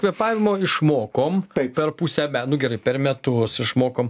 kvėpavimo išmokom taip per pusę me nu gerai per metus išmokom